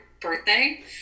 birthday